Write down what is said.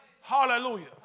Hallelujah